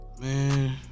Man